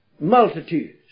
multitudes